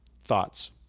Thoughts